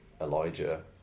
Elijah